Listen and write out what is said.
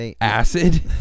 acid